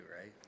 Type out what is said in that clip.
right